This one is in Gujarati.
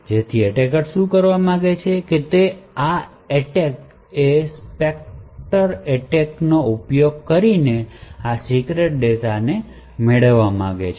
જેથી એટેકર શું કરવા માગે છે તે એ છે કે એટેક એ સ્પેકટર એટેકનો ઉપયોગ કરીને આ સીક્રેટ ડેટા મેળવવા માંગે છે